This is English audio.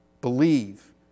Believe